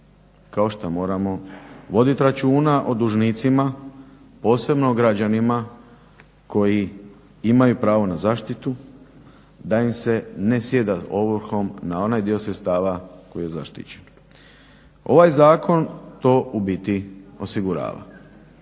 kao što moramo voditi računa o dužnicima, posebno o građanima koji imaju pravo na zaštitu da im se ne sjeda ovrhom na onaj dio sredstava koji je zaštićen. Ovaj zakon to u biti osigurava.